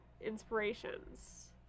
inspirations